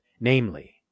namely